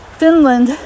Finland